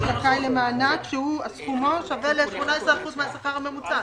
הוא זכאי למענק שסכומו שווה ל-18% מהשכר הממוצע.